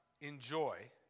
enjoy